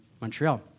Montreal